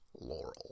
laurel